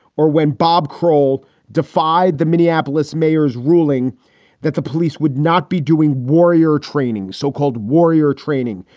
or when bob croal defied the minneapolis mayor's ruling that the police would not be doing warrior training, so-called warrior training,